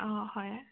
অ' হয়